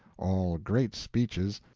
all great speeches,